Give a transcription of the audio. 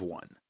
one